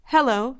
Hello